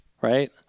right